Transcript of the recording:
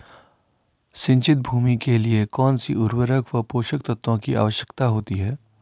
सिंचित भूमि के लिए कौन सी उर्वरक व पोषक तत्वों की आवश्यकता होती है?